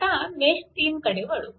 आता मेश 3 कडे वळू